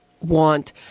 want